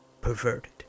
perverted